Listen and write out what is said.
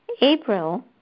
April